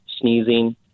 sneezing